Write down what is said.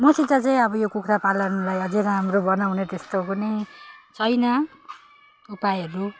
मसित चाहिँ अब यो कुखुरा पालनलाई अझै राम्रो बनाउने त्यस्तो पनि छैन उपायहरू